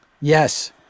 yes